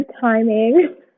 timing